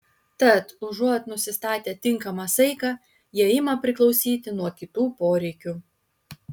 tad užuot nusistatę tinkamą saiką jie ima priklausyti nuo kitų poreikių